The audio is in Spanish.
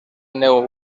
new